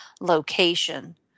location